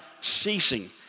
ceasing